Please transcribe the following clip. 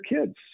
kids